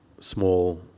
small